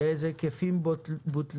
באיזה היקף בוטלו?